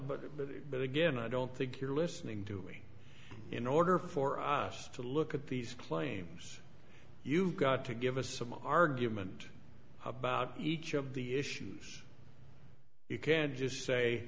but but again i don't think you're listening to me in order for us to look at these claims you've got to give us some argument about each of the issues you can't just say